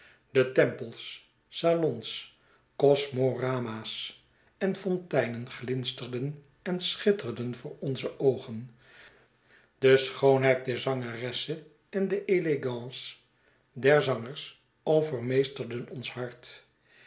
de tempels salons cosmorama's en fonteinen glinsterden en schitterden voor onze oogen de schoonheid der zangeressen en de elegance der zangers overmeesterden ons hart